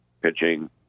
pitching